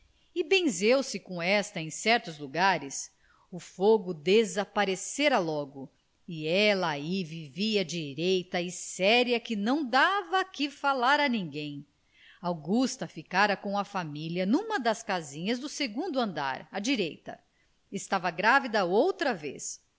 e benzeu se com esta em certos lugares o fogo desaparecera logo e ela ai vivia direita e séria que não dava que falar a ninguém augusta ficara com a família numa das casinhas do segundo andar à direita estava grávida outra vez